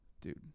Dude